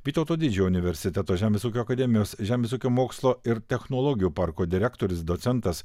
vytauto didžiojo universiteto žemės ūkio akademijos žemės ūkio mokslo ir technologijų parko direktorius docentas